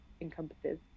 encompasses